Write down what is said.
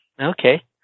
Okay